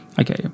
Okay